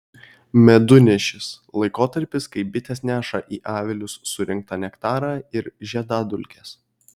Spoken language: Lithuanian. medunešis laikotarpis kai bitės neša į avilius surinktą nektarą ir žiedadulkes